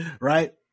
Right